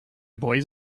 boys